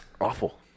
Awful